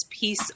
piece